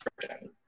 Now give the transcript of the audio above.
description